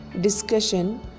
discussion